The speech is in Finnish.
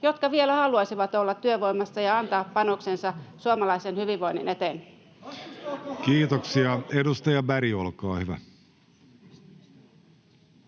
jotka vielä haluaisivat olla työvoimassa ja antaa panoksensa suomalaisen hyvinvoinnin eteen? [Välihuutoja vasemmiston ja